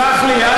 סלח לי,